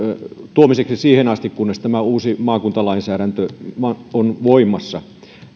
tuomiseksi siihen asti kunnes tämä uusi maakuntalainsäädäntö on voimassa